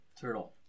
Turtle